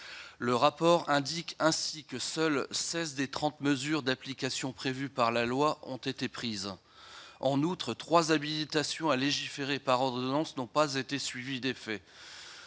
le rapport indique ainsi que seuls 16 des 30 mesures d'application prévue par la loi ont été prises en outre trois habilitation à légiférer par ordonnance n'ont pas été suivies d'effet